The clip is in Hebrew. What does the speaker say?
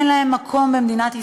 אין להם מקום במדינת ישראל.